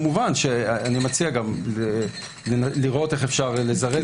כמובן שאני מציע גם לראות איך אפשר לזרז